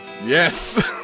yes